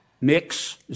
Mix